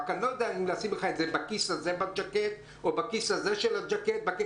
אבל אני לא יודע אם לשים לך את זה בכיס הזה בז'קט או בכיס הז'קט הזה.